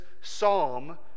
psalm